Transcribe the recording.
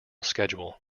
schedule